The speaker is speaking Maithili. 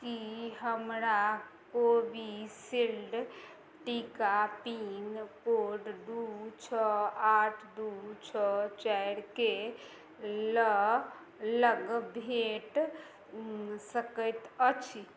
की हमरा कोविशील्ड पिन कोड दू छओ आठ दू छओ चारिके लऽ लग भेट सकैत अछि